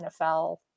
NFL